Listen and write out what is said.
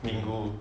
mingyu